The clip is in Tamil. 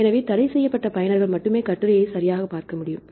எனவே தடைசெய்யப்பட்ட பயனர்கள் மட்டுமே கட்டுரையை சரியாக படிக்க முடியும்